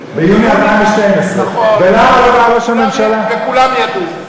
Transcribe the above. ביוני 2012, ולא ידע ראש הממשלה, וכולם ידעו.